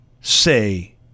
say